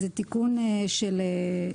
זה תיקון ניסוחי.